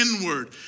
inward